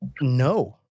No